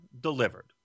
delivered